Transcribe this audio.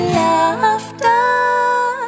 laughter